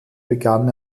begann